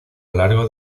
largo